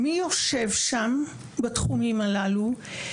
מי יושב שם, בתחומים הללו?